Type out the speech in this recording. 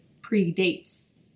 predates